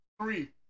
three